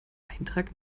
eintrag